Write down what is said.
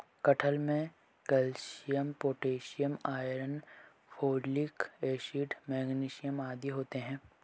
कटहल में calcium potassium iron folic acid magnesium आदि होते हैं